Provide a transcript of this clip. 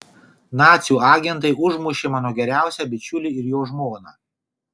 nacių agentai užmušė mano geriausią bičiulį ir jo žmoną